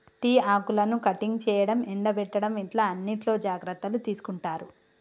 tea ఆకులను cutting చేయడం, ఎండపెట్టడం ఇట్లా అన్నిట్లో జాగ్రత్తలు తీసుకుంటారు